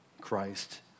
Christ